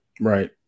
Right